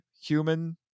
human